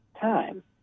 time